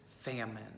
famine